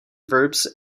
verbs